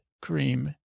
cream